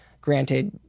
Granted